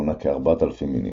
מונה כ-4,000 מינים.